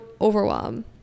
overwhelm